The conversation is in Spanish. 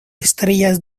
estrellas